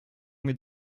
mit